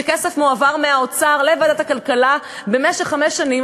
שכסף הועבר מהאוצר לוועדת הכלכלה במשך חמש שנים,